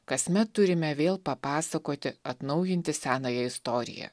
kasmet turime vėl papasakoti atnaujinti senąją istoriją